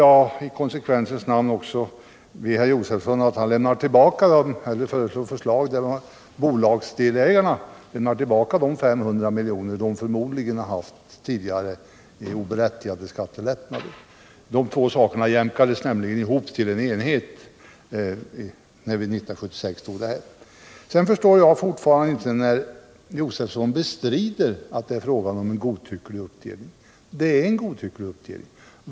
I konsekvensens namn skulle jag då vilja be herr Josefson att föreslå att Finansdebatt Finansdebatrt bolagsdelägarna lämnar tillbaka de 500 miljoner de tidigare förmodligen Fått i form av oberättigade skattelättnader. Dessa två saker jämkades nämligen ihop till en enhet. när vi 1976 fattade beslut i denna fråga. Jag förstår fortfarande inte att herr Josefson kan bestrida att det rör sig om en godtycklig uppdelning. Det är faktiskt fråga om en godtycklig uppdelning.